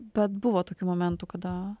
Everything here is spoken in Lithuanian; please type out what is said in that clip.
bet buvo tokių momentų kada